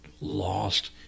lost